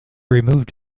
removed